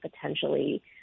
potentially